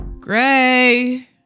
Gray